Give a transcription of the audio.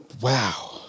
Wow